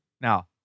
Now